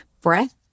Breath